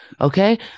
okay